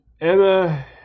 Emma